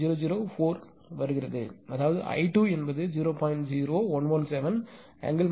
004 வருகிறது அதாவது I2 என்பது 0